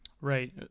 Right